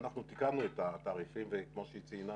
אנחנו תיקנו את התעריפים, וכמו שהיא ציינה